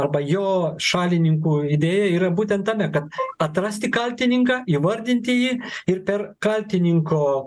arba jo šalininkų idėja yra būtent tame kad atrasti kaltininką įvardinti jį ir per kaltininko